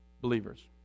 believers